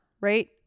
right